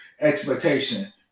expectation